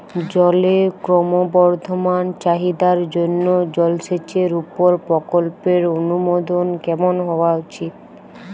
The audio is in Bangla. জলের ক্রমবর্ধমান চাহিদার জন্য জলসেচের উপর প্রকল্পের অনুমোদন কেমন হওয়া উচিৎ?